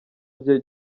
bye